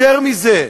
יותר מזה,